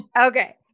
Okay